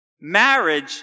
marriage